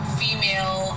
female